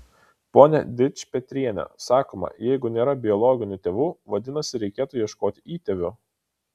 pone dičpetriene sakoma jeigu nėra biologinių tėvų vadinasi reikėtų ieškoti įtėvių